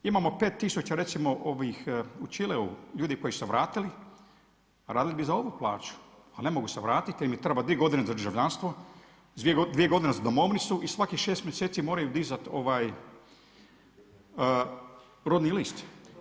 Imamo 5 tisuća recimo ovih u Čileu ljudi koji su se vratili, a radili bi za ovu plaću, a ne mogu se vratiti jer im treba 2 godine državljanstvo, 2 godine za domovnicu i svakih 6 mjeseci moraju dizati rodni list.